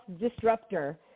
disruptor